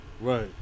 Right